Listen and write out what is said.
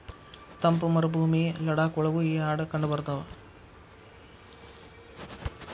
ತಂಪ ಮರಭೂಮಿ ಲಡಾಖ ಒಳಗು ಈ ಆಡ ಕಂಡಬರತಾವ